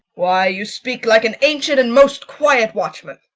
why, you speak like an ancient and most quiet watchman,